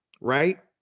right